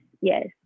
yes